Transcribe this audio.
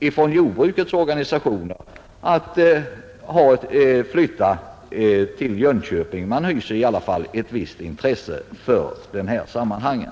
hos jordbrukets organisationer en tanke på att flytta till Jönköping — man hyser i varje fall ett visst intresse i detta sammanhang.